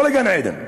ולא לגן-עדן,